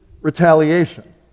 retaliation